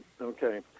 okay